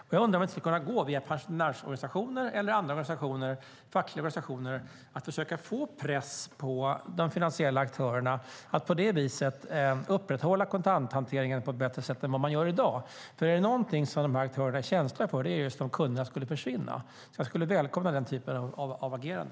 Det borde via pensionärsorganisationer, fackliga organisationer och andra organisationer gå att sätta press på de finansiella aktörerna för att få dem att upprätthålla kontanthanteringen på ett bättre sätt än vad de gör i dag. Är det något dessa aktörer är känsliga för är det om kunderna försvinner. Jag skulle välkomna den typen av agerande.